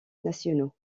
nationaux